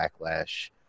backlash –